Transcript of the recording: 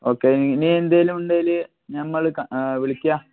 okay ഇനിയെന്തെങ്കിലും ഉണ്ടെങ്കിൽ നമ്മൾ വിളിക്കാം